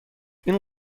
این